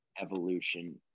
evolution